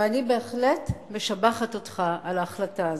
ואני בהחלט משבחת אותך על ההחלטה הזאת.